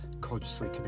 consciously